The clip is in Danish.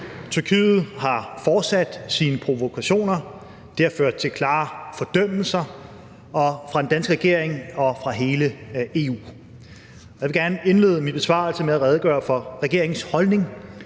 Tyrkiet har fortsat sine provokationer, og det har ført til klare fordømmelser fra den danske regering og fra hele EU. Jeg vil gerne indlede min besvarelse med at redegøre for regeringens holdning